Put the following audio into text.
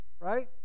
right